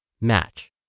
Match